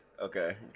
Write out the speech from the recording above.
Okay